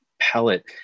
pellet